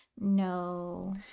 no